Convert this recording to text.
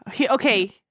Okay